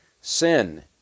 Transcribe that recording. sin